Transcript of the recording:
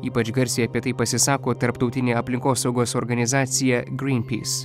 ypač garsiai apie tai pasisako tarptautinė aplinkosaugos organizacija greenpeace